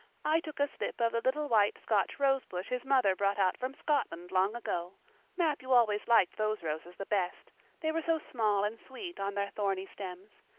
i took a slip of the little white scotch rosebush his mother brought out from scotland long ago matthew always liked those roses the best they were so small and sweet on their thorny stems.